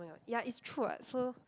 oh ya it's true [what] so